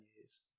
years